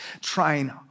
trying